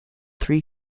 three